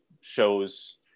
shows